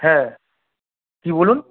হ্যাঁ কী বলুন